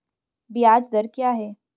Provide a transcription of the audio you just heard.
ब्याज दर क्या है?